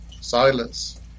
Silence